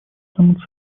саму